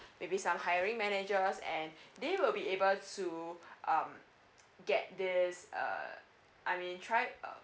maybe some hiring managers and they will be able to um get this uh I mean try uh